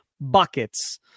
buckets